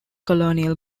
colonial